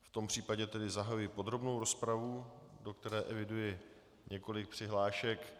V tom případě tedy zahajuji podrobnou rozpravu, do které eviduji několik přihlášek.